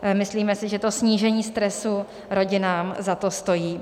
Myslíme si, že to snížení stresu rodinám za to stojí.